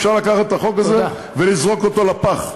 אפשר לקחת את החוק הזה ולזרוק אותו לפח.